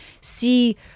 see